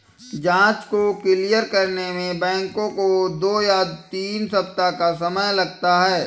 जाँच को क्लियर करने में बैंकों को दो या तीन सप्ताह का समय लगता है